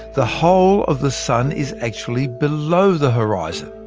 the whole of the sun is actually below the horizon.